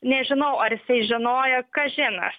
nežinau ar jisai žinojo kažin aš